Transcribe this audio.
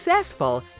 successful